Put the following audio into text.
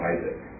Isaac